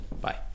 Bye